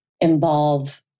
involve